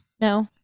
No